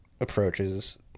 approaches